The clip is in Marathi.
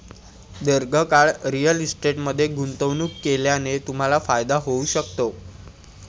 दीर्घकाळ रिअल इस्टेटमध्ये गुंतवणूक केल्याने तुम्हाला फायदा होऊ शकतो